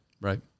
right